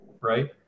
right